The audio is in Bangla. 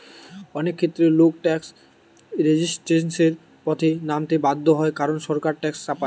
অনেক ক্ষেত্রে লোক ট্যাক্স রেজিস্ট্যান্সের পথে নামতে বাধ্য হয় কারণ সরকার ট্যাক্স চাপায়